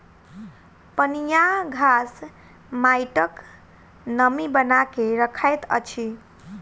पनियाह घास माइटक नमी बना के रखैत अछि